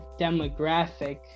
demographic